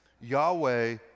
Yahweh